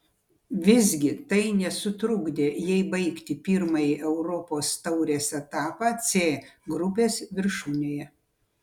visgi tai nesutrukdė jai baigti pirmąjį europos taurės etapą c grupės viršūnėje